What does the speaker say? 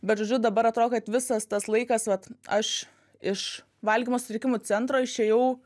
bet žodžiu dabar atrodo kad visas tas laikas vat aš iš valgymo sutrikimų centro išėjau